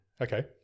Okay